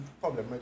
problem